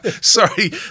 Sorry